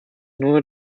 nur